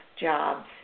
jobs